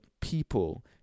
people